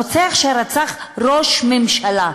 הרוצח שרצח ראש ממשלה.